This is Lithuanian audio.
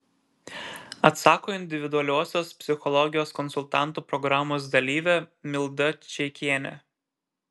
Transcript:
atsako individualiosios psichologijos konsultantų programos dalyvė milda čeikienė